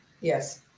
Yes